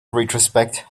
retrospect